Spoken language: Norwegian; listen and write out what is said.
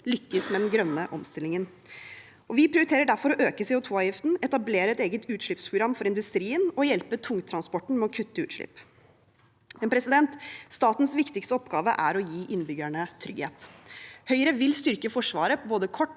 lykkes med den grønne omstillingen. Vi prioriterer derfor å øke CO2-avgiften, etablere et eget utslippsprogram for industrien og hjelpe tungtransporten med å kutte utslipp. Statens viktigste oppgave er å gi innbyggerne trygghet. Høyre vil styrke Forsvaret på både kort